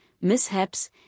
mishaps